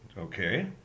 okay